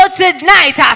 tonight